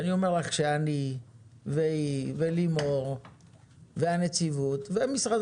ואני אומר לך שאני והיא ולימור והנציבות ומשרד